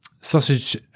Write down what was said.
sausage